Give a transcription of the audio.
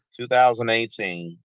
2018